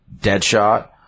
Deadshot